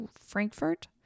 Frankfurt